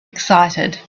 excited